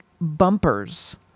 bumpers